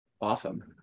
Awesome